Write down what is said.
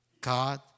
God